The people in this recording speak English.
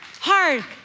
hard